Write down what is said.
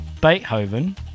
Beethoven